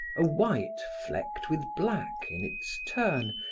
a white flecked with black, in its turn,